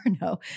no